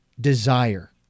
desire